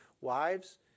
wives